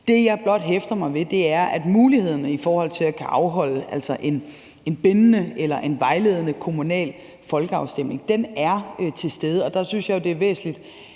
Det, jeg blot hæfter mig ved, er, at mulighederne for at kunne afholde en bindende eller en vejledende kommunal folkeafstemning er til stede. Der synes jeg, det er væsentligt,